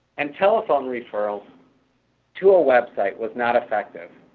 and, telephone referral to a website was not effective.